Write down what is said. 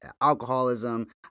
alcoholism